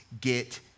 get